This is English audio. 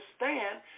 understand